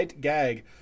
gag